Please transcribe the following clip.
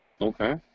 Okay